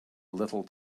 little